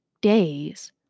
days